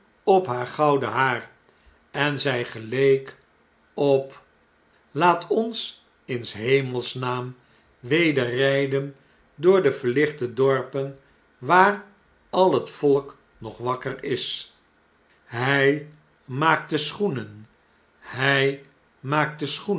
op naar gouden haar en zjj geleek op laat ons in shemels naam weder rjjden door de verlichte dorpen waar al het volk nog wakker is hjj fsaakte schoenen hjj maakte